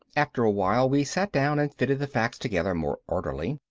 after a while we sat down and fitted the facts together more orderly.